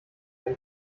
wenn